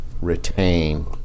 retain